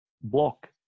block